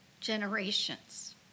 generations